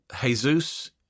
Jesus